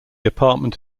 apartment